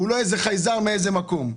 הוא לא איזה חייזר מאיזה מקום.